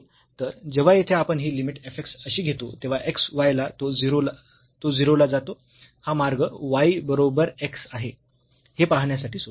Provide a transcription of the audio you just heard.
तर जेव्हा येथे आपण ही लिमिट f x अशी घेतो तेव्हा x y ला तो 0 ला जातो हा मार्ग y बरोबर x आहे हे पाहण्यासाठी सोपे आहे